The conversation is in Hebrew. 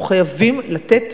אנחנו חייבים לתת